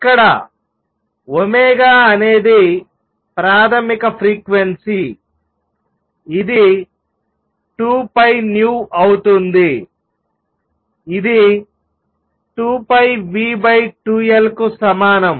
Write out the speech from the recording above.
ఇక్కడ ω అనేది ప్రాథమిక ఫ్రీక్వెన్సీ ఇది 2Π𝜈 అవుతుంది ఇది 2 Π v 2 L కు సమానం